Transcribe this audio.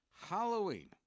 Halloween